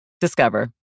Discover